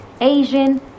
asian